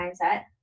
mindset